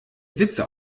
witze